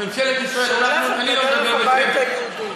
שהולכת בדרך הבית היהודי.